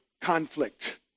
conflict